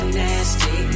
nasty